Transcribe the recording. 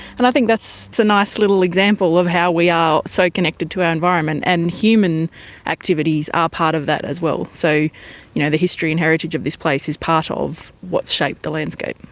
and i think that's a nice little example of how we are so connected to our environment, and human activities are part of that as well. so you know the history and heritage of this place is part of what has shaped the landscape.